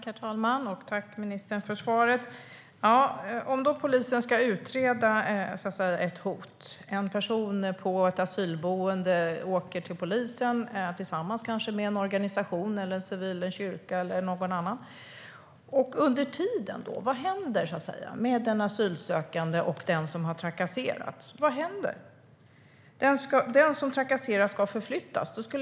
Herr talman! Tack, ministern, för svaret! Om polisen ska utreda ett hot och en person på ett asylboende åker till polisen, kanske tillsammans med någon från någon organisation eller kyrka, vad händer under tiden med den asylsökande och den som har trakasserats? Den som trakasserar ska förflyttas.